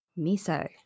Miso